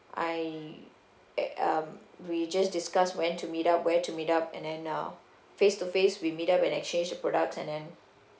I at~ um we just discuss when to meet up where to meet up and then uh face-to-face we meet up and exchange the products and then